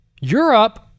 europe